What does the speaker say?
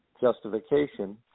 justification